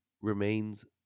remains